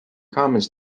comments